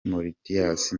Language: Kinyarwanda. mauritius